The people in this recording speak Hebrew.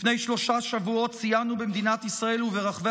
לפני שלושה שבועות ציינו במדינת ישראל וברחבי